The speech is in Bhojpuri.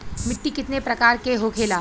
मिट्टी कितने प्रकार के होखेला?